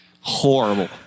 horrible